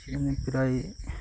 সেখানে প্রায়